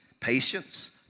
patience